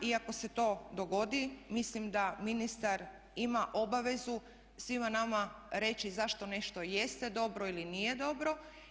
I ako se to dogodi mislim da ministar ima obavezu svima nama reći zašto nešto jeste dobro ili nije dobro.